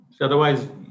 otherwise